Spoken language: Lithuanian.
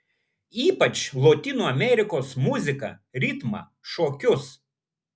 ypač lotynų amerikos muziką ritmą šokius